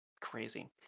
crazy